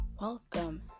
welcome